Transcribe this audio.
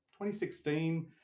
2016